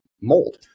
mold